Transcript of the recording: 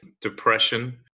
depression